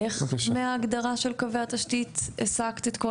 איך מההגדרה של קווי התשתית הסקת את כל